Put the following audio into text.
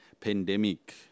Pandemic